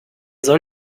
soll